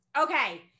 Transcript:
okay